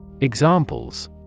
Examples